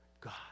God